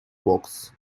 box